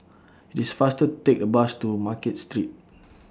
It's faster to Take A Bus to Market Street